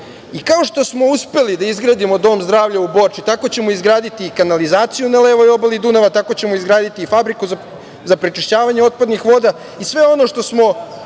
Kao što smo uspeli da izgradimo Dom zdravlja u Borči, tako ćemo izgraditi i kanalizaciju na levoj obali Dunava, tako ćemo izgraditi i fabriku za prečišćavanje otpadnih voda i sve ono što smo